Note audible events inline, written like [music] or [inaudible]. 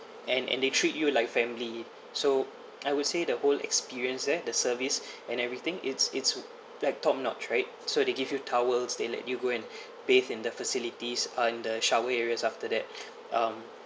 and and they treat you like family so I would say the whole experience there the service [breath] and everything it's it's black top notch right so they give you towels they let you go and [breath] bath in the facilities under shower areas after that [breath] um